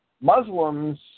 Muslims